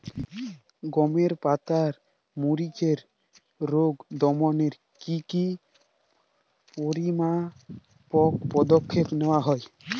গমের পাতার মরিচের রোগ দমনে কি কি পরিমাপক পদক্ষেপ নেওয়া হয়?